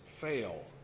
fail